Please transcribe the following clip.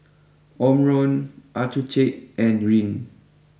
Omron Accucheck and Rene